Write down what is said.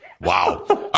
Wow